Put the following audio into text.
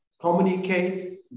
Communicate